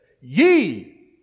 ye